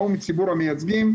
באו מציבור המייצגים,